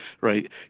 right